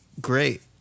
great